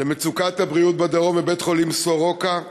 מצוקת הבריאות בדרום, בבית-חולים סורוקה,